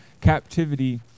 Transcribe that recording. captivity